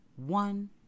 one